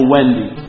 Wendy